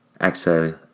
Exhale